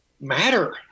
matter